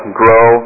grow